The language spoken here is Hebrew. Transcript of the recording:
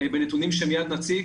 בנתונים שמיד נציג,